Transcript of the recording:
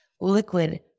liquid